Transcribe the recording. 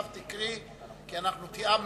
עכשיו תקריא כי אנחנו תיאמנו.